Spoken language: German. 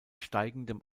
steigendem